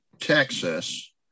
Texas